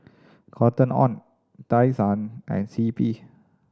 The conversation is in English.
Cotton On Tai Sun and C P